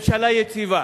יש ממשלה יציבה,